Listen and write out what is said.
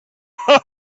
cha